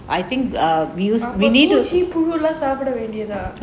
ரொம்ப சாப்பிட வேண்டியது தான்:romba saapida vendiyathu thaan